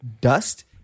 dust